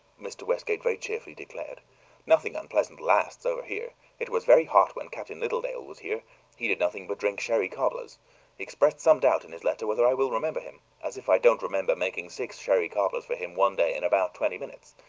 mr. westgate very cheerfully declared nothing unpleasant lasts over here. it was very hot when captain littledale was here he did nothing but drink sherry cobblers. he expressed some doubt in his letter whether i will remember him as if i didn't remember making six sherry cobblers for him one day in about twenty minutes.